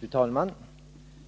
Fru talman!